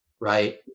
right